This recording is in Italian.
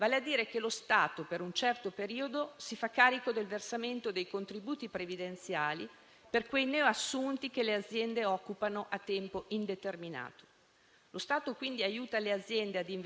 Questo decreto-legge ci consente, al contempo, di rafforzare anche le tutele sociali, soprattutto a favore delle famiglie e dei soggetti più vulnerabili, che sono usciti particolarmente provati da questa pandemia.